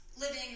living